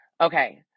Okay